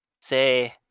say